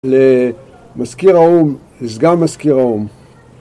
למזכיר האום, לסגן מזכיר האום.